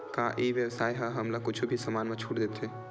का ई व्यवसाय ह हमला कुछु भी समान मा छुट देथे?